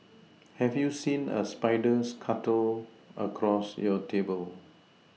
have you seen a spider scuttle across your table